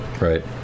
right